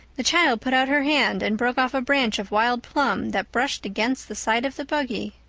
the child put out her hand and broke off a branch of wild plum that brushed against the side of the buggy.